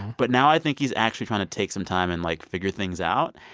but now i think he's actually trying to take some time and, like, figure things out.